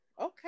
okay